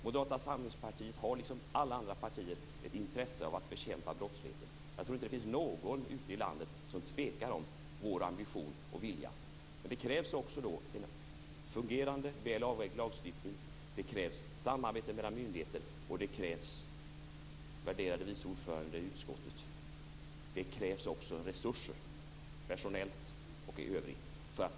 Moderata samlingspartiet, liksom alla andra partier, har ett intresse av att bekämpa brottsligheten. Jag tror inte att det finns någon ute i landet som tvivlar på vår ambition och vilja, men då krävs också fungerande och väl avvägd lagstiftning, samarbete mellan myndigheter och, värderade vice ordförande i utskottet, det krävs också resurser, personellt och i övrigt.